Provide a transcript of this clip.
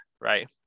right